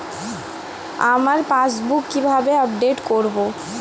আমার পাসবুক কিভাবে আপডেট করবো?